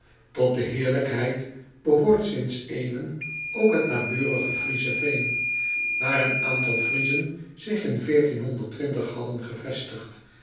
ot de heerlijkheid behoort sints eeuwen ook het naburige riezenveen waar een aantal riezen zich in hadden gevestigd